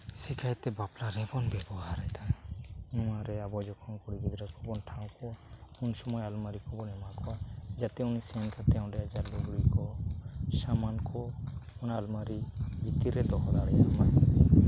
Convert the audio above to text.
ᱵᱮᱥᱤ ᱠᱟᱭᱛᱮ ᱵᱟᱯᱞᱟ ᱨᱮᱵᱚᱱ ᱵᱮᱵᱚᱦᱟᱨᱮᱫᱟ ᱱᱚᱣᱟᱨᱮ ᱟᱵᱚ ᱡᱚᱠᱷᱚᱱ ᱠᱩᱲᱤ ᱜᱤᱫᱽᱨᱟᱹ ᱠᱚᱵᱚᱱ ᱴᱷᱟᱶ ᱠᱚᱣᱟ ᱩᱱ ᱥᱚᱢᱚᱭ ᱟᱞᱢᱟᱨᱤ ᱠᱚᱵᱚᱱ ᱮᱢᱟ ᱠᱚᱣᱟ ᱡᱟᱛᱮ ᱩᱱᱤ ᱥᱮᱱ ᱠᱟᱛᱮᱫ ᱚᱸᱰᱮ ᱡᱟᱦᱟᱸ ᱞᱩᱜᱽᱲᱤ ᱠᱚ ᱥᱟᱢᱟᱱ ᱠᱚ ᱚᱱᱟ ᱟᱞᱢᱟᱨᱤ ᱵᱷᱤᱛᱤᱨ ᱨᱮ ᱫᱚᱦᱚ ᱫᱟᱲᱮᱭᱟᱜ ᱢᱟ